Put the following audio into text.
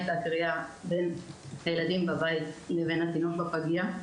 זאת היתה קריעה בין הילדים בבית לבין התינוק בפגייה.